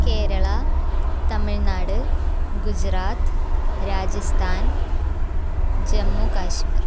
Kerala Tamil Nadu Gujarat Rajasthan Jammu Kashmir